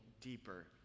deeper